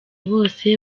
bose